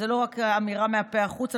זאת לא רק אמירה מהפה החוצה,